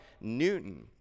Newton